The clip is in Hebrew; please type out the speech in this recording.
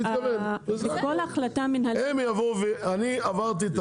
אני עברתי,